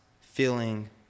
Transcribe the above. feeling